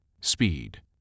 Speed